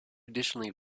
additionally